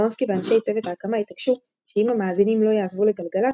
שלונסקי ואנשי צוות ההקמה התעקשו שאם המאזינים לא יעזבו לגלגלצ,